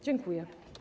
Dziękuję.